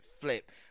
flip